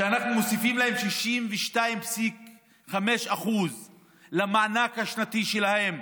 שאנחנו מוסיפים להם 62.5% למענק השנתי שלהם,